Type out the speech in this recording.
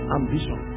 ambition